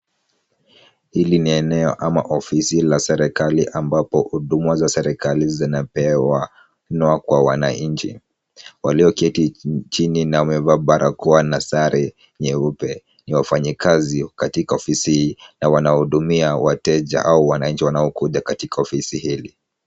Hili ni eneo ama ofisi la serikali ambapo huduma za serikali zinapewa. Inua kwa wananchi. Walioketi chini na wamevaa barakoa na sare nyeupe ni wafanyakazi katika ofisi hii na wanahudumia wateja au wananchi wanaokuja katika ofisi hili.